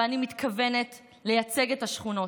ואני מתכוונת לייצג את השכונות,